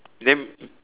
then